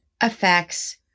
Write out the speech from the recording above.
affects